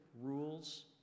rules